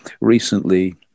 recently